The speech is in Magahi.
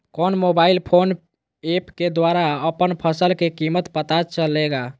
कौन मोबाइल फोन ऐप के द्वारा अपन फसल के कीमत पता चलेगा?